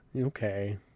Okay